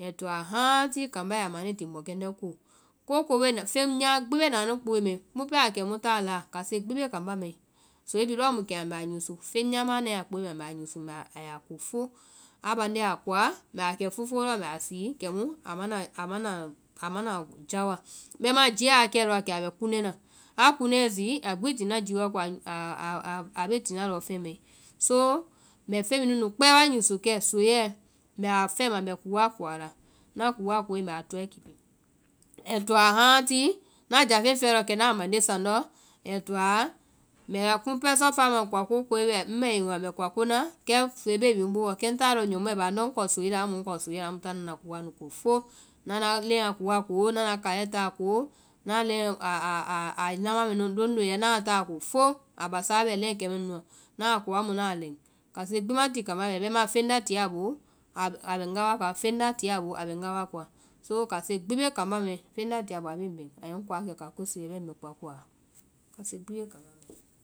ai toa hãati kambá ya a ma anuĩ ti mɔkɛndɛ́ ko. kooko bee na, feŋ nyama bee na anu kpoe mai, kumu pɛɛ a kɛ mu táa laa, kase gbi bee kambá mai, soei bhii lɔɔ mu kɛma mbɛ a usu, feŋ nyama a nae a kpoe mai mbɛ a usu mbɛ a ko fó, a bande a koa. mbɛ a kɛ fofo lɔ mbɛ a sii kɛmu a ma na jao wa. bɛmaã jiɛ a kɛ a lɔ kɛ a bɛ kunɛ na, a kunɛe zi a gbi ti ji wa ko, a bee tina lɔ fɛmae ko, so mbɛ feŋ mɛ nunu kpɛɛ wa usu kɛ, soeiɛ mbɛ a fɛma mbɛ koa ko a la ŋna koa koe mbɛ a tɔɛ kipi, ɛɛ toa hãati, ŋna jáfeŋ fɛe lɔɔ mbɛ a mande saŋ lɔ ai toaɔ kumu pɛɛ sɔɔfɛa mɛɔ koa ko koe bɛ, ŋbɛ wɛ koa mbɛ koa kona, kɛ soei bee wi ŋ boo. kɛ ŋ táa lɔɔ ŋ nyɔmɔ baa ŋndɔ ŋ kɔ soei la amu a ŋ kɔ soeiɛ la, amu ŋ táa ŋna ŋna koa nu ko foo, ŋna ŋna leŋɛ a kolaa ko, ŋna ŋna kaiɛ táa ko, leŋɛ a nama mɛ nu londoeɛ ŋna a táa ko foo, a basae bɛ leŋ kɛnu nu a ŋna a ko ŋna a lɛŋ, kase gbi bee kambá mai. bɛmaã feŋ la tie a boo a bɛ ŋga waa koa feŋ la tie a boo a bɛ ŋga waa koa, so kase gbi bee kambá mai,